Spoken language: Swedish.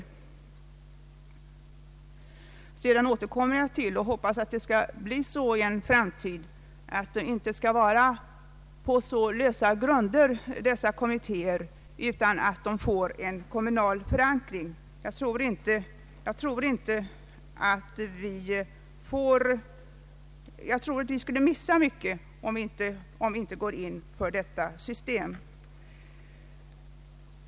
Jag hoppas att konsumentkommitté erna — jag återkommer till det — i en framtid inte skall komma till på så lösa grunder utan får en kommunal förankring. Vi skulle missa mycket, om vi inte går in för ett sådant system.